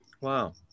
Wow